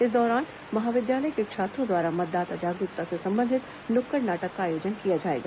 इस दौरान महाविद्यालय के छात्रों द्वारा मतदाता जागरूकता से संबंधित नुक्कड़ नाटक का आयोजन किया जाएगा